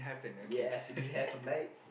yes it didn't happen mate